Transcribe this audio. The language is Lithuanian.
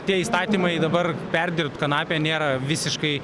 tie įstatymai dabar perdirbt kanapę nėra visiškai